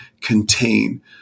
contain